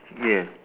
yes